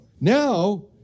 Now